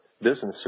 businesses